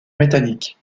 métallique